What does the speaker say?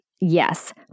Yes